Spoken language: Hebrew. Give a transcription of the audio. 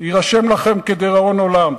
יירשם לכם כדיראון עולם.